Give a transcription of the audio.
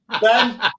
Ben